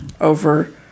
over